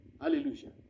Hallelujah